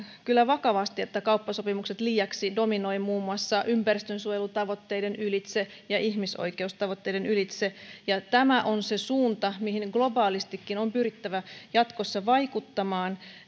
että kauppasopimukset liiaksi dominoivat muun muassa ympäristönsuojelutavoitteiden ylitse ja ihmisoikeustavoitteiden ylitse ja tämä on se suunta mihin globaalistikin on pyrittävä jatkossa vaikuttamaan